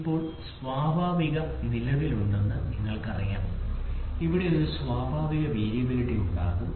ഇപ്പോൾ സ്വാഭാവിക നിലവിലുണ്ടെന്ന് നിങ്ങൾക്കറിയാം അവിടെ ഒരു സ്വാഭാവിക വേരിയബിളിറ്റി ഉണ്ടാകും